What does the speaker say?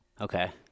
Okay